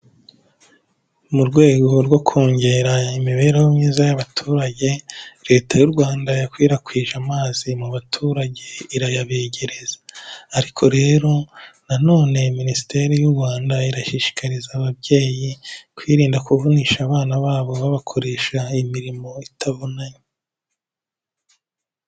Mu rwego rwo kongera imibereho myiza y'abaturage, Leta y'u Rwanda yakwirakwije amazi mu baturage irayabegereza ariko rero, nanone Minisiteri y'u Rwanda irashishikariza ababyeyi kwirinda kuvunisha abana babo, babakoresha imirimo itavunanye.